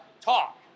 talk